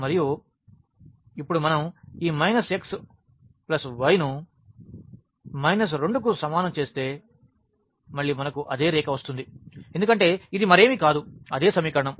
మరియు ఇప్పుడు మనం ఈ మైనస్ x ప్లస్ y ను మైనస్ 2 కు సమానం చేస్తే మళ్ళీ మనకు అదే రేఖ వస్తుంది ఎందుకంటే ఇది మరేమీ కాదు అదే సమీకరణం